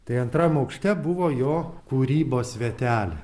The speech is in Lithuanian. tai antram aukšte buvo jo kūrybos vietelė